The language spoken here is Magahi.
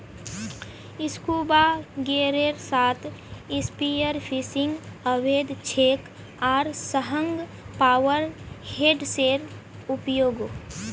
स्कूबा गियरेर साथ स्पीयरफिशिंग अवैध छेक आर संगह पावर हेड्सेर उपयोगो